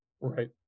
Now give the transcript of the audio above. Right